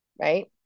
Right